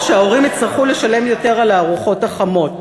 שההורים יצטרכו לשלם יותר על הארוחות החמות,